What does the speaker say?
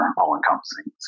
all-encompassing